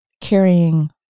carrying